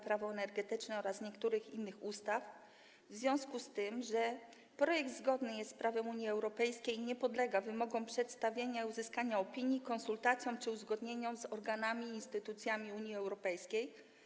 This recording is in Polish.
Prawo energetyczne oraz niektórych innych ustaw w związku z tym, że projekt zgodny jest z prawem Unii Europejskiej i nie podlega wymogom przedstawienia i uzyskania opinii, konsultacjom czy uzgodnieniom, jeśli chodzi o organy i instytucje Unii Europejskiej.